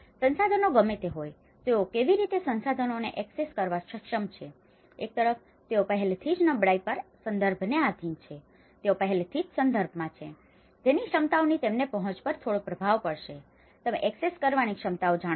સંસાધનો ગમે તે હોય તેઓ કેવી રીતે સંસાધનોને એક્સેસ કરવા સક્ષમ છે એક તરફ તેઓ પહેલેથી જ નબળાઈ સંદર્ભને આધિન છે તેઓ પહેલેથી જ સંદર્ભમાં છે જેની ક્ષમતાઓની તેમની પહોંચ પર થોડો પ્રભાવ પડશે તમે એક્સેસ કરવાની ક્ષમતાઓ જાણો છો